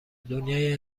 دنیای